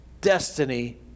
destiny